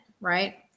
right